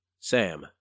Sam